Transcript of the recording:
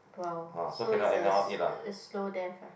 !wow! so is a slow death ah